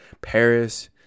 paris